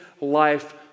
life